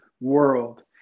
world